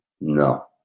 No